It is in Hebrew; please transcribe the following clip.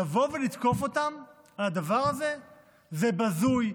לבוא ולתקוף אותם על הדבר הזה זה בזוי,